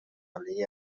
اهالی